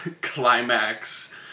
climax